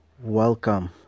Welcome